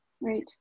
right